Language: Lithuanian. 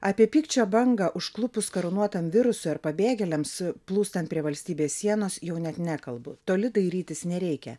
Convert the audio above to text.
apie pykčio bangą užklupus karūnuotam virusui ir pabėgėliams plūstant prie valstybės sienos jau net nekalbu toli dairytis nereikia